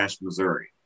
missouri